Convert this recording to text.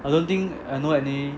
I don't think I know any